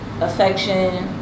affection